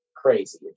Crazy